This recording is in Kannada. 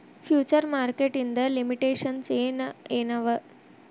ಫ್ಯುಚರ್ ಮಾರ್ಕೆಟ್ ಇಂದ್ ಲಿಮಿಟೇಶನ್ಸ್ ಏನ್ ಏನವ?